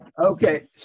Okay